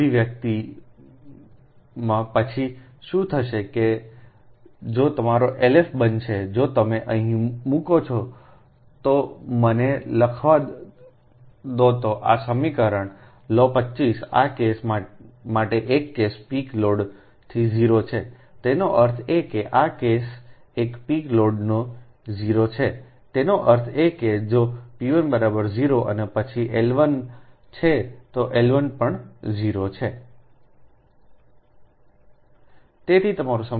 આ અભિવ્યક્તિમાં પછી શું થશે કે જો તમારો LF બનશે જો તમે અહીં મૂકો છો તો મને લખવા દોતો આ સમીકરણ લો 25 આ કેસ માટે એક કેસ પીક લોડથી 0 છેતેનો અર્થ એ કે આ કેસ એક પીક લોડની 0 છેતેનો અર્થ એ કે જોp10 અને પછી L1 છે તો L1 પણ 0 છે